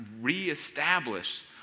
reestablish